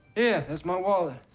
yeah, that's my wallet.